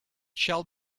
shall